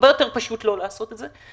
הרבה יותר פשוט לא לעשות את זה.